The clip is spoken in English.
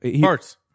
Parts